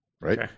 Right